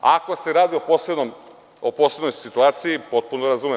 Ako se radi o posebnoj situaciji, potpuno razumem.